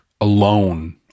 alone